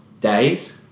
days